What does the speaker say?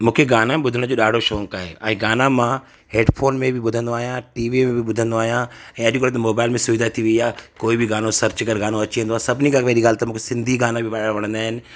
मूंखे गाना ॿुधण जो ॾाढो शौक़ु आहे ऐं गाना मां हैडफोन में बि ॿुधंदो आहियां टीवीअ में बि ॿुधंदो आहियां ऐं अॼुकल्ह त मोबाइल में सुविधा थी वई आ्हे कोई बि गानो सर्च कर गानो अची वेंदो आहे सभिनी खां वॾी ॻाल्हि त मूंखे सिंधी गाना बि ॾाढा वणंदा आहिनि